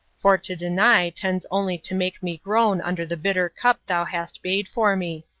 for to deny tends only to make me groan under the bitter cup thou hast made for me.